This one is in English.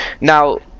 Now